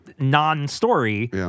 non-story